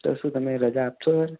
તો શું તમે રજા આપશો સર